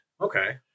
Okay